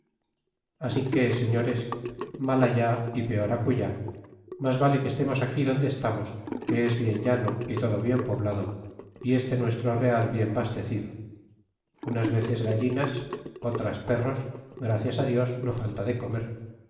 así que señores mal allá y peor acullá mas vale que estemos aquí donde estamos que es bien llano y todo bien pobladó y este nuestro real bien bastecido unas veces gallinas otras perros gracias á dios no falta de comer